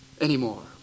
anymore